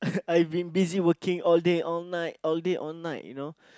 I been busy working all day all night all day all night you know